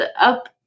up